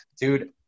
dude